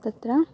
तत्र